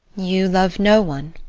you love no one?